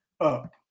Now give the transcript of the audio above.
up